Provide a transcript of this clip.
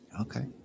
Okay